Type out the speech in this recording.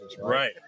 right